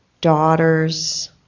daughters